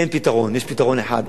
אין פתרון, יש פתרון אחד.